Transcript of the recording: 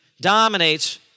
dominates